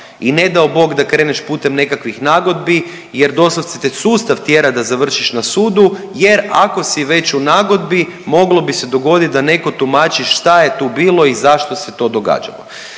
i ne dao Bog da kreneš putem nekakvih nagodbi jer doslovce te sustav tjera da završiš na sudu jer ako si već u nagodbi moglo bi se dogoditi da netko tumači šta je tu bilo i zašto se to događa.